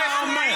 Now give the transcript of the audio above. מה אתה אומר?